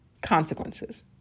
consequences